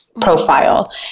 profile